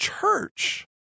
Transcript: church